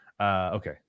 Okay